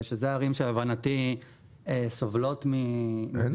ואלה ערים שלהבנתי סובלות --- אין?